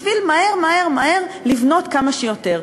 בשביל מהר מהר מהר, לבנות כמה שיותר.